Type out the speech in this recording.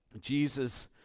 Jesus